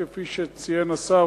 כפי שציין השר,